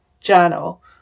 journal